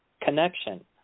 connection